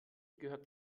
gehört